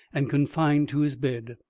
and confined to his bed.